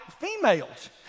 females